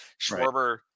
Schwarber